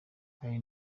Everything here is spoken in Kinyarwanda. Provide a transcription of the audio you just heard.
hari